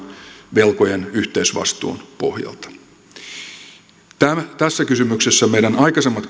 velkojen yhteisvastuun pohjalta tässä kysymyksessä meidän aikaisemmat